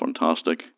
fantastic